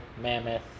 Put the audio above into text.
mammoth